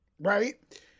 right